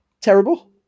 terrible